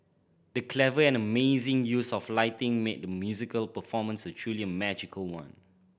the clever and amazing use of lighting made the musical performance a truly magical one